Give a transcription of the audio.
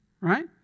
right